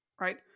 right